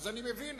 אז אני מבין,